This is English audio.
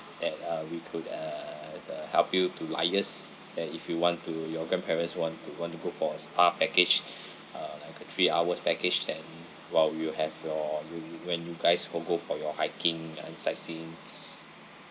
that uh we could uh the help you to liaise then if you want to your grandparents want to want to go for a spa package uh like a three hours package then while you will have your you you when you guys for go for your hiking and sightseeing